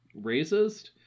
racist